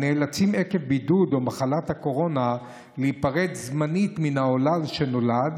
הנאלצים עקב בידוד או מחלת הקורונה להיפרד זמנית מן העולל שנולד